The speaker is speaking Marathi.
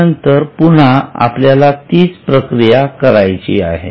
त्यानंतर पुन्हा आपल्याला तीच प्रक्रिया करायची आहे